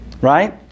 Right